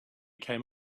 came